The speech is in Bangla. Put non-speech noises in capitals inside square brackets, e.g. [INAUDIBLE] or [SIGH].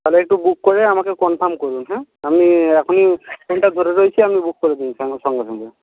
তাহলে একটু বুক করে আমাকে কনফার্ম করুন হ্যাঁ আমি এখনই [UNINTELLIGIBLE] ফোনটা ধরে রয়েছি আপনি বুক করে দিন [UNINTELLIGIBLE] সঙ্গে সঙ্গে